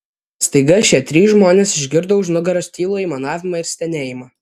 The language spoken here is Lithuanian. staiga šie trys žmonės išgirdo už nugaros tylų aimanavimą ir stenėjimą